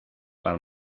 val